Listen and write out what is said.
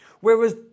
Whereas